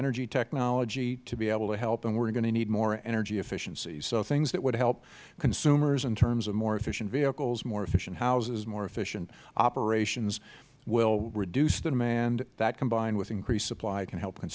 energy technology to be able to help and we are going to need more energy efficiency so things that would help consumers in terms of more efficient vehicles more efficient houses more efficient operations will reduce the demand that combined with increased supply can help